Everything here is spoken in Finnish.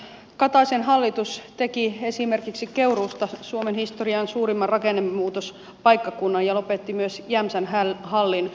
kataisen hallitus teki esimerkiksi keuruusta suomen historian suurimman rakennemuutospaikkakunnan ja lopetti myös jämsän hallin varuskunnan